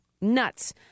nuts